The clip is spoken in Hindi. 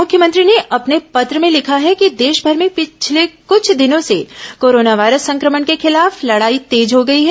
मुख्यमंत्री ने अपने पत्र में लिखा है कि देशमर में पिछले कुछ दिनों से कोरोना वायरस संक्रमण के खिलाफ लड़ाई तेज हो गई है